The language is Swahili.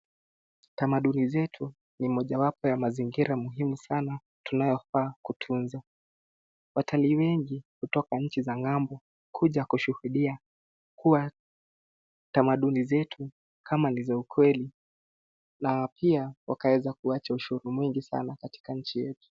Tamaduni zetu ni mojawapo ya mazingira muhimu sana tunayofaa kutunza. Watalii wengi hutoka nchi za ng'ambo kuja kushuhudia tamaduni zetu kama ni za ukweli na pia wakaweza kuacha uzuri mwingi sana katika nchi yetu.